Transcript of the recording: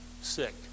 sick